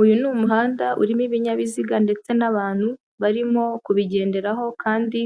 Uyu ni umuhanda urimo ibinyabiziga ndetse n'abantu barimo kubigenderaho kandi